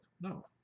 no